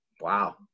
wow